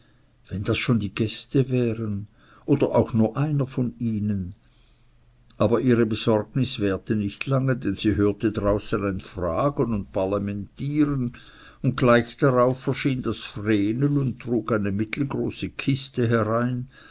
wenn das schon die gäste wären oder auch nur einer von ihnen aber ihre besorgnis währte nicht lange denn sie hörte draußen ein fragen und parlamentieren und gleich darauf erschien das vrenel und trug eine mittelgroße kiste herein